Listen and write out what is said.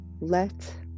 Let